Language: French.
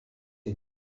est